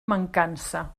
mancança